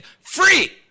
free